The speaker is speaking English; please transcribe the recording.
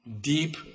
deep